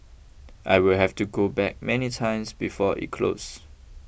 I'll have to go back many times before it closes